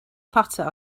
potter